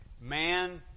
Man